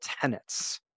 tenets